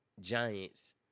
Giants